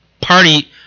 party